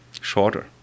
shorter